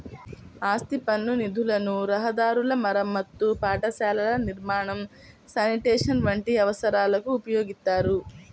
ఆస్తి పన్ను నిధులను రహదారుల మరమ్మతు, పాఠశాలల నిర్మాణం, శానిటేషన్ వంటి అవసరాలకు ఉపయోగిత్తారు